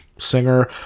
singer